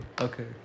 okay